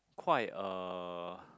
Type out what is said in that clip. quite uh